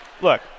Look